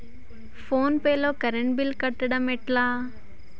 Phone pay లో current bill కట్టడం ఎట్లా?